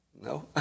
No